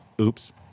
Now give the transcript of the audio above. oops